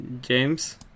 James